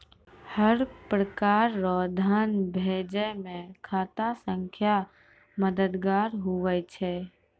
हर प्रकार रो धन भेजै मे खाता संख्या मददगार हुवै छै